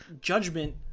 judgment